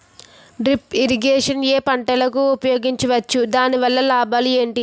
Drip irrigation ఏ పంటలకు ఉపయోగించవచ్చు? దాని వల్ల లాభాలు ఏంటి?